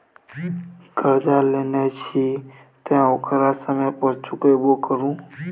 करजा लेने छी तँ ओकरा समय पर चुकेबो करु